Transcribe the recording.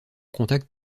contact